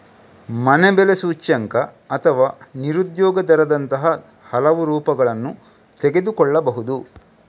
ಮನೆ ಬೆಲೆ ಸೂಚ್ಯಂಕ ಅಥವಾ ನಿರುದ್ಯೋಗ ದರದಂತಹ ಹಲವು ರೂಪಗಳನ್ನು ತೆಗೆದುಕೊಳ್ಳಬಹುದು